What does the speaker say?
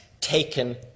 taken